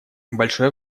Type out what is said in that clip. большое